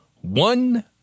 One